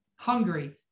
Hungry